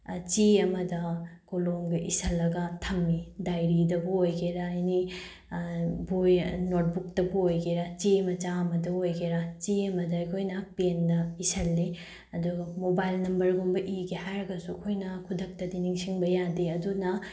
ꯆꯦ ꯑꯃꯗ ꯀꯣꯂꯣꯝꯒ ꯏꯁꯤꯜꯂꯒ ꯊꯝꯃꯤ ꯗꯥꯏꯔꯤꯗꯕꯨ ꯑꯣꯏꯒꯦꯔ ꯑꯦꯅꯤ ꯕꯣꯏ ꯅꯣꯠꯕꯨꯛꯇꯕꯨ ꯑꯣꯏꯒꯦꯔ ꯆꯦ ꯃꯆꯥ ꯑꯃꯗ ꯑꯣꯏꯒꯦꯔ ꯆꯦ ꯑꯃꯗ ꯑꯩꯈꯣꯏꯅ ꯄꯦꯟꯅ ꯏꯁꯤꯜꯂꯤ ꯑꯗꯨꯒ ꯃꯣꯕꯥꯏꯜ ꯅꯝꯕꯔꯒꯨꯝꯕ ꯏꯒꯦ ꯍꯥꯏꯔꯒꯁꯨ ꯑꯩꯈꯣꯏꯅ ꯈꯨꯗꯛꯇꯗꯤ ꯅꯤꯡꯁꯤꯡꯕ ꯌꯥꯗꯦ ꯑꯗꯨꯅ